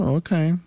okay